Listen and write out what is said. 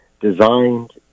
designed